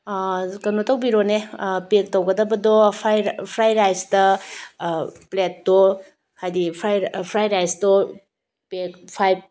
ꯀꯩꯅꯣ ꯇꯧꯕꯤꯔꯣꯅꯦ ꯄꯦꯛ ꯇꯧꯒꯗꯕꯗꯣ ꯐ꯭ꯔꯥꯏ ꯔꯥꯏꯁꯇ ꯄ꯭ꯂꯦꯠꯇꯣ ꯍꯥꯏꯗꯤ ꯐ꯭ꯔꯥꯏ ꯔꯥꯏꯁꯇꯣ ꯄꯦꯛ ꯐꯥꯏꯚ